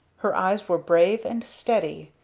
her eyes were brave and steady,